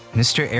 mr